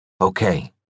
Okay